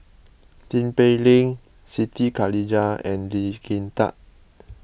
Tin Pei Ling Siti Khalijah and Lee Kin Tat